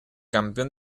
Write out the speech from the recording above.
campeón